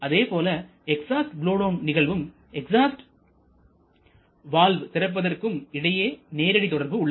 அதேபோல exhaust blowdown நிகழ்வும்எக்ஸாஸ்ட் valve திறப்பதற்கும் இடையே நேரடி தொடர்பு உள்ளது